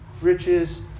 riches